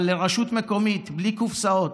אבל לרשות מקומית, בלי קופסאות,